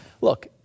look